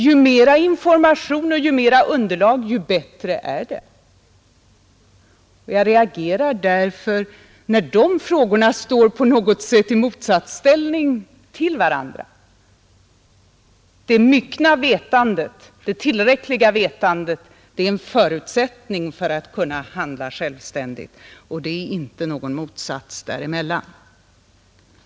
Ju mer information och ju bättre underlag, desto bättre och självständigare. Därför reagerar jag när de frågorna placeras i motsatsställning till varandra. Det myckna vetandet, det tillräckliga vetandet, är en förutsättning för att kunna handla självständigt, och det finns inga motsättningar där emellan.